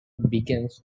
begins